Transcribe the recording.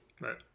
Right